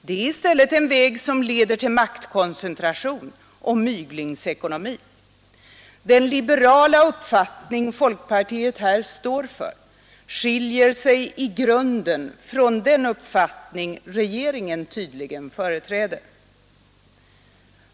Det är i stället en väg som leder till maktkoncentration och myglingsekonomi. Den liberala uppfattning folkpartiet här står för skiljer sig i grunden från den uppfattning regeringen tydligen företräder.